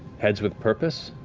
heads with purpose,